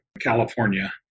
California